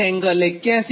33 81